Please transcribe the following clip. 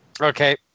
Okay